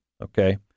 okay